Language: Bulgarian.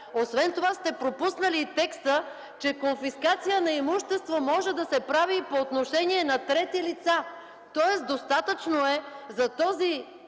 Освен това сте пропуснали и текста, че конфискация на имущество може да се прави и по отношение на трети лица, тоест достатъчно е за този